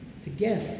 together